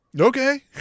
okay